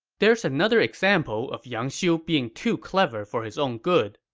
there's another example of yang xiu being too clever for his own good.